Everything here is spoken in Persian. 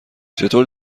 چطور